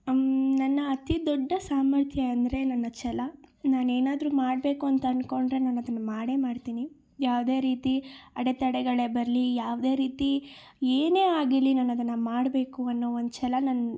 ನನ್ನ ಅತೀ ದೊಡ್ಡ ಸಾಮರ್ಥ್ಯ ಅಂದರೆ ನನ್ನ ಛಲ ನಾನೇನಾದ್ರೂ ಮಾಡಬೇಕು ಅಂತ ಅಂದ್ಕೊಂಡ್ರೆ ನಾನದನ್ನು ಮಾಡೇ ಮಾಡ್ತೀನಿ ಯಾವುದೇ ರೀತಿ ಅಡೆತಡೆಗಳೆ ಬರಲಿ ಯಾವುದೇ ರೀತಿ ಏನೇ ಆಗಿರಲಿ ನಾನದನ್ನು ಮಾಡಬೇಕು ಅನ್ನೋ ಒಂದು ಛಲ ನನ್ನ